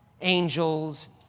angels